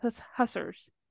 Hussars